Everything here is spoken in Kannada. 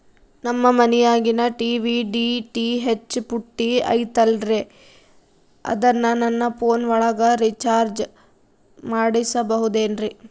ನಮ್ಮ ಮನಿಯಾಗಿನ ಟಿ.ವಿ ಡಿ.ಟಿ.ಹೆಚ್ ಪುಟ್ಟಿ ಐತಲ್ರೇ ಅದನ್ನ ನನ್ನ ಪೋನ್ ಒಳಗ ರೇಚಾರ್ಜ ಮಾಡಸಿಬಹುದೇನ್ರಿ?